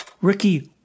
Ricky